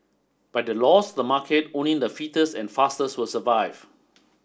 by the laws of the market only the fittest and fastest will survive